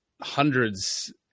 hundreds